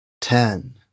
ten